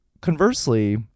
conversely